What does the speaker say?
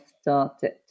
started